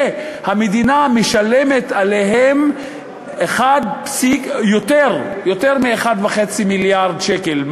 שהמדינה משלמת עליהם יותר מ-1.5 מיליארד שקלים,